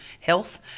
health